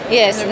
yes